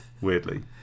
Weirdly